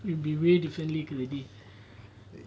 it will be way different league already